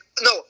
No